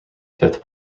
fifth